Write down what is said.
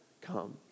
come